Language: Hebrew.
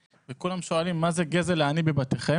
וכולם שואלים מה זה גזל העני בבתיכם,